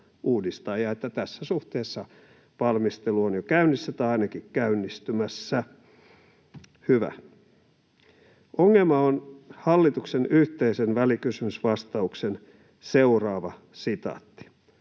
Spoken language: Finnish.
tässä suhteessa valmistelu on jo käynnissä tai ainakin käynnistymässä — hyvä! Ongelma on hallituksen yhteisen välikysymysvastauksen seuraava sitaatti: